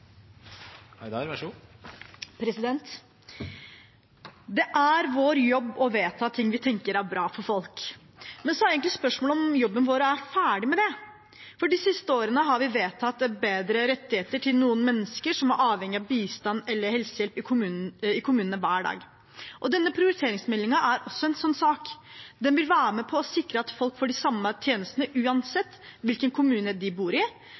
vår jobb å vedta ting vi tenker er bra for folk. Men så er egentlig spørsmålet om jobben vår er ferdig med det? De siste årene har vi vedtatt bedre rettigheter til noen mennesker som er avhengig av bistand eller helsehjelp i kommunene hver dag. Denne prioriteringsmeldingen er også en sånn sak. Den vil være med på å sikre at folk får de samme tjenestene uansett hvilken kommune de bor i.